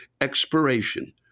expiration